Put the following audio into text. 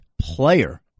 player